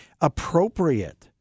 appropriate